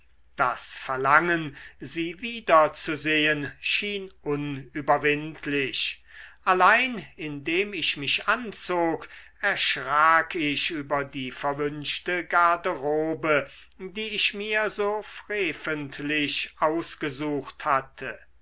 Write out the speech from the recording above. das verlangen sie wieder zu sehen schien unüberwindlich allein indem ich mich anzog erschrak ich über die verwünschte garderobe die ich mir so freventlich ausgesucht hatte